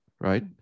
Right